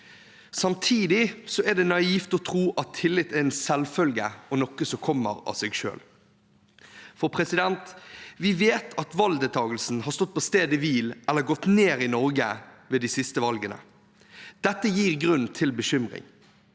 Samtidig er det naivt å tro at tillit er en selvfølge og noe som kommer av seg selv. Vi vet at valgdeltakelsen har stått på stedet hvil eller gått ned i Norge ved de siste valgene. Det gir grunn til bekymring.